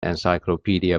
encyclopedia